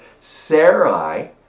Sarai